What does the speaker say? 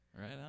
Right